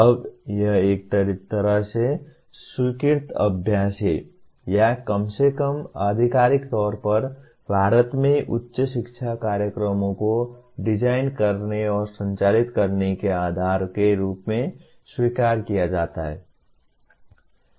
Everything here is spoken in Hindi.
अब यह एक तरह से स्वीकृत अभ्यास है या कम से कम आधिकारिक तौर पर भारत में उच्च शिक्षा कार्यक्रमों को डिजाइन करने और संचालित करने के आधार के रूप में स्वीकार किया जाता है